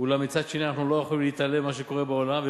אולם מצד שני אנחנו לא יכולים להתעלם ממה שקורה בעולם,